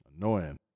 Annoying